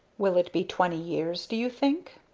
will it be twenty years, do you think?